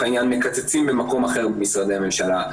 העניין מקצצים במקום אחר במשרדי הממשלה,